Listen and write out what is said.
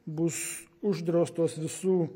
bus uždraustos visų